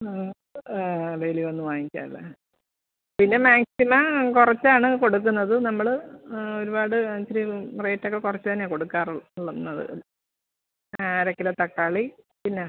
ആ ഡെയിലി വന്ന് വാങ്ങിക്കാം അല്ലേ പിന്നെ മാക്സിമം കുറച്ചാണ് കൊടുക്കുന്നത് നമ്മൾ ഒരുപാട് ഇത്തിരി റേറ്റ് ഒക്കെ കുറച്ച് തന്നെയാണ് കൊടുക്കാറ് റുള്ളന്നത് ആ അര കിലോ തക്കാളി പിന്നെ